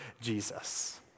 Jesus